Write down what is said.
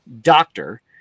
doctor